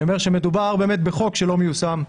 מדובר בחוק שלא מיושם,